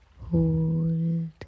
hold